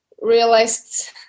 realized